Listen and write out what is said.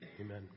Amen